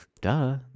Duh